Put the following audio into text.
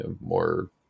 more